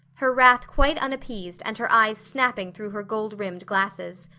her wrath quite unappeased and her eyes snapping through her gold-rimmed glasses.